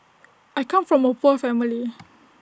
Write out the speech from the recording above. I come from A poor family